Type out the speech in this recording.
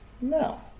No